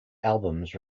albums